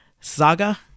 saga